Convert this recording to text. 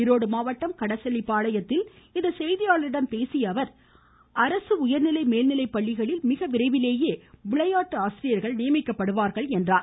ஈரோடு மாவட்டம் கடசெல்லி பாளையத்தில் இன்று செய்தியாளர்களிடம் பேசிய அவர் அரசு உயர்நிலை மேல்நிலைப்பள்ளிகளில் மிக விரைவிலேயே விளையாட்டு ஆசிரியர்கள் நியமிக்கப்படுவார்கள் என்றார்